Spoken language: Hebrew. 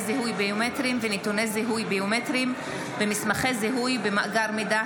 זיהוי ביומטריים ונתוני זיהוי ביומטריים במסמכי זיהוי ובמאגר מידע,